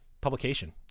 publication